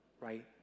right